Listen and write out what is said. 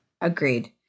agreed